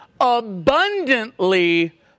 abundantly